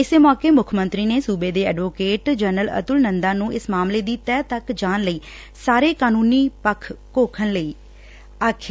ਇਸੇ ਦੌਰਾਨ ਮੁੱਖ ਮੰਤਰੀ ਨੇ ਸੁਬੇ ਦੇ ਐਡਵੋਕੇਟ ਜਨਰਲ ਅਤੁਲ ਨੰਦਾ ਨੂੰ ਇਸ ਮਾਮਲੇ ਦੀ ਤਹਿ ਤੱਕ ਜਾਣ ਲਈ ਸਾਰੇ ਕਾਨੂੰਨੀ ਪੱਖ ਘੋਖਣ ਲਈ ਆਖਿਆ